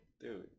Dude